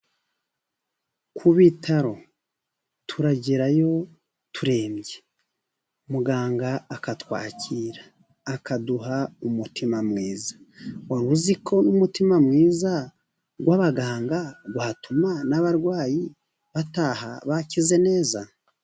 Ku bitaro turagerayo turembye, muganga akatwakira, akaduha umutima mwiza. Wari uzi ko n'umutima mwiza w'abaganga, watuma n'abarwayi bataha bakize neza?